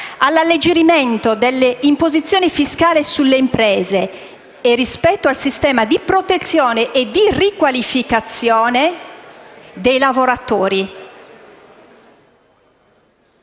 all'alleggerimento delle imposizioni fiscali sulle imprese e rispetto al sistema di protezione e riqualificazione dei lavoratori,